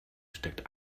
steckt